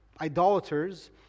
idolaters